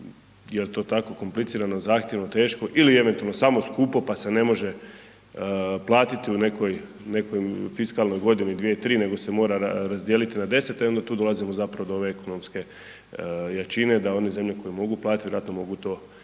jel to tako komplicirano, zahtjevno, teško ili eventualno samo skupo, pa se ne može platiti u nekoj, u nekoj fiskalnoj godini, dvije, tri, nego se mora razdijeliti na 10, e onda tu dolazimo zapravo do ove ekonomske jačine da one zemlje koje mogu platit vjerojatno mogu to i brže